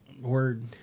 word